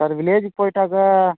வேறு வில்லேஜ் போய்டாக